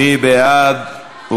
מי בעד?